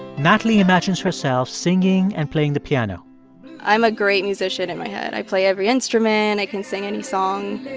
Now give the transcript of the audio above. natalie imagines herself singing and playing the piano i'm a great musician in my head. i play every instrument. i can sing any song